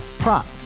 prop